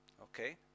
Okay